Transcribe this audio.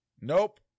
Nope